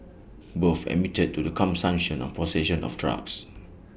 both admitted to the consumption of possession of drugs